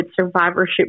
survivorship